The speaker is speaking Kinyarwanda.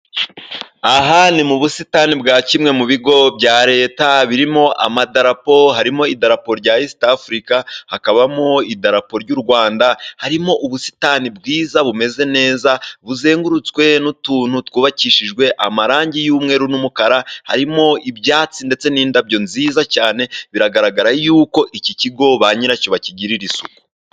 Aha ni mu busitani bwa kimwe mu bigo bya Leta, birimo amadarapo. Harimo idarapo rya Esita afurika, hakabamo idarapo ry'u Rwanda. Harimo ubusitani bwiza bumeze neza, buzengurutswe n'utuntu twubakishijwe amarangi y'umweru n'umukara. Harimo ibyatsi ndetse n'indabyo nziza cyane, biragaragara yuko iki kigo ba nyiracyo bakigirira isuku.